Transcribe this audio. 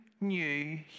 new